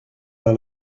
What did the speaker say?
par